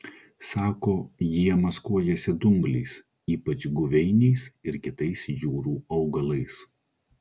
sako jie maskuojasi dumbliais ypač guveiniais ir kitais jūrų augalais